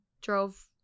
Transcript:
drove